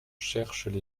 cherchent